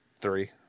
Three